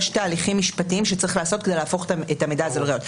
יש תהליכים משפטיים שצריך לעשות כדי להפוך את המידע הזה לראיות,